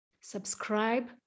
subscribe